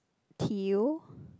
tile